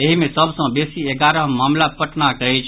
एहि मे सभ सँ बेसी एगारह मामिला पटनाक अछि